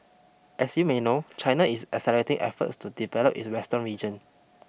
as you may know China is accelerating efforts to develop its western region